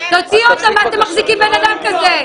תוציא אותו, מה אתם מחזיקים בן אדם כזה?